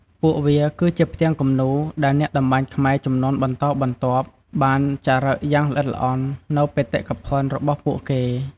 ពួកវាគឺជាផ្ទាំងគំនូរដែលអ្នកតម្បាញខ្មែរជំនាន់បន្តបន្ទាប់ បានចារឹកយ៉ាងល្អិតល្អន់នូវបេតិកភណ្ឌរបស់ពួកគេ។